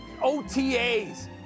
OTAs